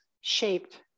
shaped